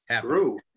grew